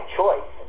choice